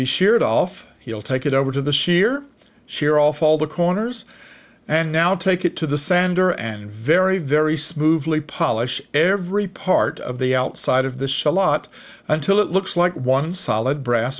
be sheared off he'll take it over to the shear shear all for all the corners and now take it to the sander and very very smoothly polish every part of the outside of the shell lot until it looks like one solid brass